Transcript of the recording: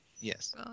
Yes